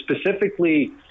specifically